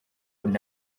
would